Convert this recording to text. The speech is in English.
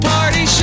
Party